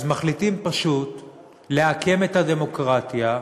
אז מחליטים פשוט לעקם את הדמוקרטיה,